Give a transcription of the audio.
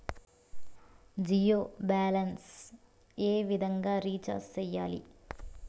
Jio balance ఏ విధంగా recharge సేయాలి?